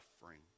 suffering